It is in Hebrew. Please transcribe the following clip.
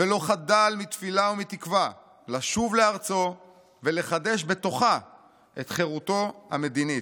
ולא חדל מתפילה ומתקווה לשוב לארצו ולחדש בתוכה את חירותו המדינית.